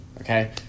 Okay